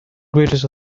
greatest